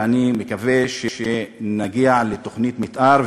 ואני מקווה שנגיע לתוכנית מתאר.